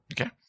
Okay